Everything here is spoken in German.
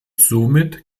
somit